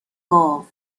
گاو